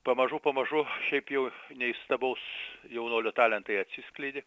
pamažu pamažu šiaip jau neįstambaus jaunuolio talentai atsiskleidė